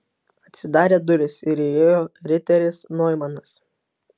atsidarė durys ir įėjo riteris noimanas